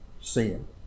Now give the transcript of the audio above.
sin